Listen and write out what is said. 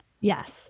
yes